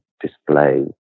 display